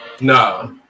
Nah